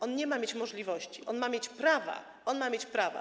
On ma mieć nie możliwości, on ma mieć prawa - on ma mieć prawa.